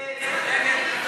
מי נגד ההסתייגות?